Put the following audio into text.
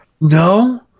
No